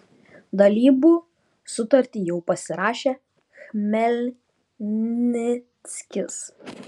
dalybų sutartį jau pasirašė chmelnickis